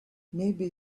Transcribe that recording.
maybe